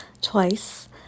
twice